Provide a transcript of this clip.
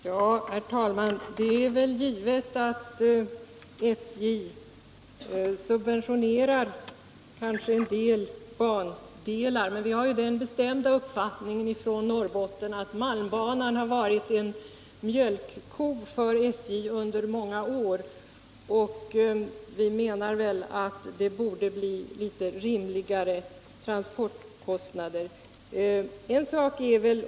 Herr talman! SJ subventionerar kanske vissa bandelar, men i Norrbotten har vi den bestämda uppfattningen att malmbanan har varit en mjölkko för SJ under många år. Vi menar att det borde bli litet rimligare transportkostnader.